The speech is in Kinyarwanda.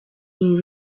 uru